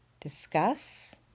discuss